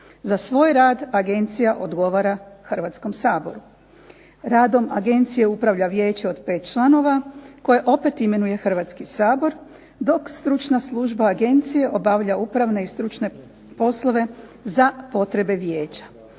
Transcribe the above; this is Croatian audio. Za svoj rad agencija odgovara Hrvatskom saboru. Radom agencije upravlja vijeće od pet članova, koje opet imenuje Hrvatski sabor, dok stručna služba agencije obavlja upravne i stručne poslove za potrebe vijeća.